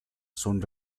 son